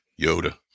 Yoda